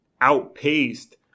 outpaced